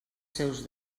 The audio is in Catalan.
seus